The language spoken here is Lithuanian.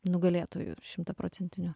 nugalėtoju šimtaprocentiniu